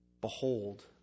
Behold